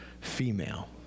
female